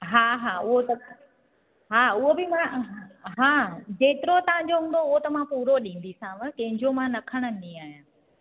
हा हा उहो त हा उहो बि मां हा जेतिरो तव्हांजो हूंदो उहो त मां पूरो ॾींदीसांव कंहिजो मां न खणंदी आहियां